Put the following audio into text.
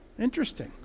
Interesting